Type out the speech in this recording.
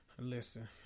Listen